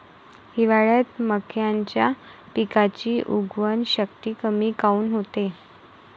हिवाळ्यात मक्याच्या पिकाची उगवन शक्ती कमी काऊन होते?